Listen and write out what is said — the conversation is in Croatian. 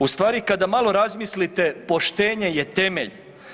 U stvari kada malo razmislite poštenje je temelj.